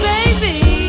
Baby